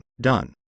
done